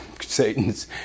Satan's